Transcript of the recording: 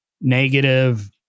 negative